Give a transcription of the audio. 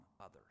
others